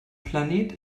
planet